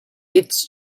its